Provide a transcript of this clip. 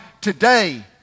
today